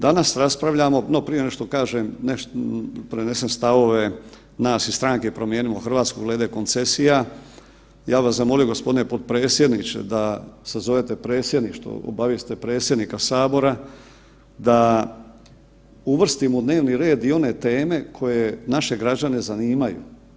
Danas raspravljamo, no prije no što kažem, prenesem stavove nas iz Stanke Promijenimo Hrvatsku glede koncesija ja bih vas zamolio gospodine potpredsjedniče da sazovete Predsjedništvo obavijestite predsjednika sabora da uvrstimo u dnevni red i one teme koje naše građane zanimaju.